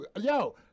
Yo